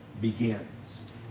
begins